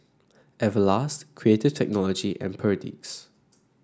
Everlast Creative Technology and Perdix